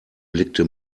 blickte